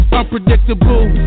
unpredictable